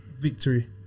victory